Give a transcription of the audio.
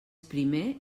primer